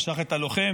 משך את הלוחם,